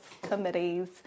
committees